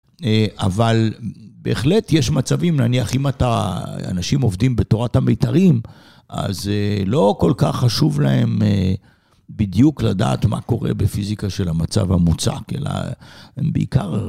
אבל בהחלט יש מצבים, נניח, אם אתה, אנשים עובדים בתורת המיתרים, אז לא כל כך חשוב להם בדיוק לדעת מה קורה בפיזיקה של המצב המוצק, אלא הם בעיקר...